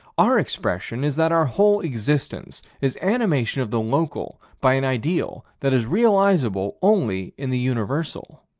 our expression is that our whole existence is animation of the local by an ideal that is realizable only in the universal